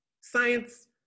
Science